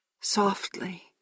softly